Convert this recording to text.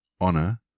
honor